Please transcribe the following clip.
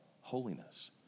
holiness